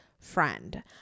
friend